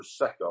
Prosecco